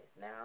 Now